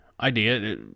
idea